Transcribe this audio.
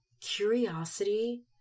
curiosity